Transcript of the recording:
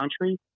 country